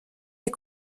est